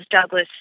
Douglas